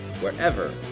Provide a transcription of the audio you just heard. wherever